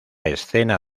escena